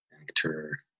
actor